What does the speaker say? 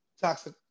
toxic